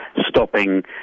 Stopping